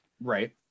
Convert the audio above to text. Right